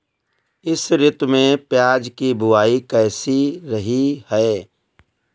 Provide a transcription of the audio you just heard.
इस ऋतु में प्याज की बुआई कैसी रही है?